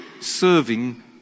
serving